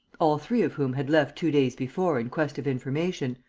all three of whom had left two days before, in quest of information,